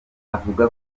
avuga